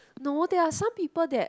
no there are some people that